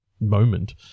moment